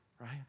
right